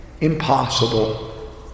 Impossible